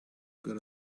get